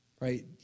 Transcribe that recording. Right